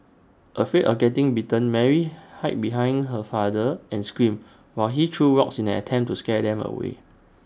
afraid of getting bitten Mary hid behind her father and screamed while he threw rocks in an attempt to scare them away